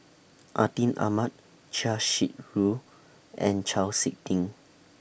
Atin Amat Chia Shi Lu and Chau Sik Ting